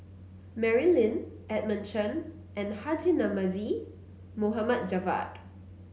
Mary Lim Edmund Chen and Haji Namazie Mohd Javad